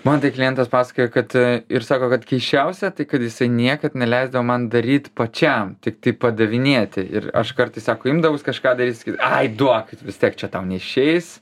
man tai klientas pasakojo kad ir sako kad keisčiausia tai kad jisai niekad neleisdavo man daryt pačiam tiktai padavinėti ir aš kartais sako imdavaus kažką daryt ai duokit vis tiek čia tau neišeis